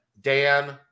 Dan